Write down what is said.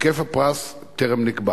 היקף הפרס טרם נקבע.